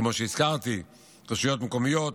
כמו שהזכרתי: רשויות מקומיות,